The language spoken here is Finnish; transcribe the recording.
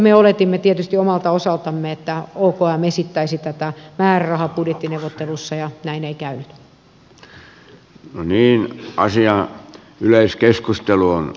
me oletimme tietysti omalta osaltamme että okm esittäisi tätä määrärahaa budjettineuvotteluissa ja näin ei käynyt